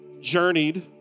journeyed